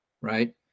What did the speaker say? right